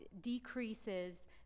decreases